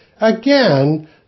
Again